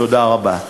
תודה רבה.